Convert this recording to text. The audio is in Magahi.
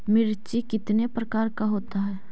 मिर्ची कितने प्रकार का होता है?